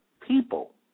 people